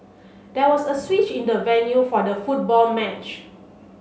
there was a switch in the venue for the football match